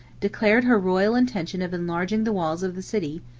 declared her royal intention of enlarging the walls of the city,